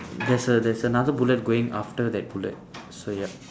there's a there's another bullet going after that bullet so yup